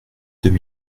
deux